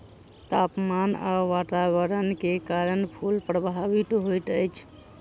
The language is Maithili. तापमान आ वातावरण के कारण फूल प्रभावित होइत अछि